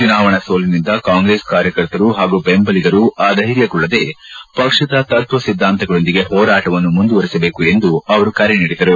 ಚುನಾವಣಾ ಸೋಲಿನಿಂದ ಕಾಂಗ್ರೆಸ್ ಕಾರ್ಯಕರ್ತರು ಹಾಗೂ ಬೆಂಬಲಿಗರು ಅಧ್ವೆರ್ಯಗೊಳ್ಳದೇ ಪಕ್ಷದ ತತ್ವ ಸಿದ್ಧಾಂತಗಳೊಂದಿಗೆ ಹೋರಾಟವನ್ನು ಮುಂದುವರೆಸಬೇಕು ಎಂದು ಅವರು ಕರೆ ನೀಡಿದರು